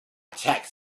tax